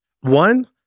one